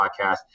podcast